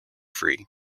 free